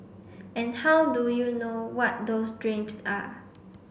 and how do you know what those dreams are